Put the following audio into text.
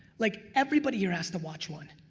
like everybody here has to watch one.